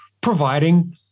providing